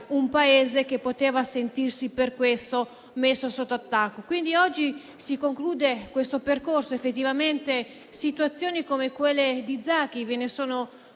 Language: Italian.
un Paese che poteva sentirsi per questo messo sotto attacco. Oggi, quindi, si conclude questo percorso, anche se effettivamente di situazioni come quelle di Zaki ve ne sono